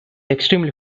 extremely